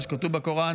מה שכתוב בקוראן,